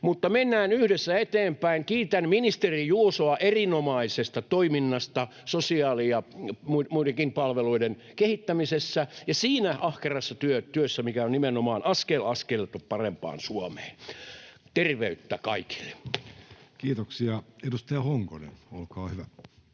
mutta mennään yhdessä eteenpäin. Kiitän ministeri Juusoa erinomaisesta toiminnasta sosiaali- ja muidenkin palveluiden kehittämisessä ja siinä ahkerassa työssä, mikä on nimenomaan askel askeleelta parempaan Suomeen. Terveyttä kaikille! [Speech 226] Speaker: